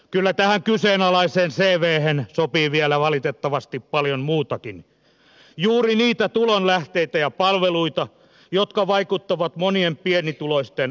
kyllä tähän kyseenalaiseen cvhen sopii vielä valitettavasti paljon muutakin juuri niitä tulonlähteitä ja palveluita jotka vaikuttavat monien pienituloisten arkeen